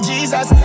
Jesus